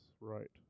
right